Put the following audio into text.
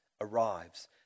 arrives